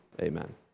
amen